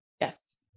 Yes